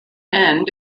end